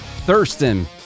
Thurston